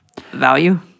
value